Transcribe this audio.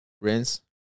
Rinse